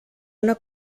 una